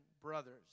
brothers